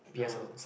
no